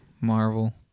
Marvel